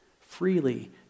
Freely